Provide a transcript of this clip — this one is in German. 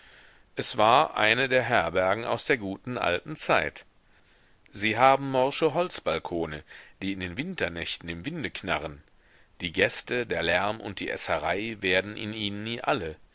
es war eine der herbergen aus der guten alten zeit sie haben morsche holzbalkone die in den winternächten im winde knarren die gäste der lärm und die esserei werden in ihnen nie alle